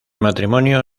matrimonio